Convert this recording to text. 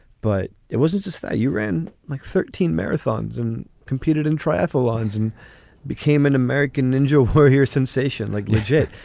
but it wasn't just that you ran like thirteen marathons and competed in triathlons and became an american ninja. who here sensation like logit?